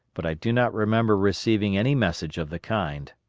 but i do not remember receiving any message of the kind.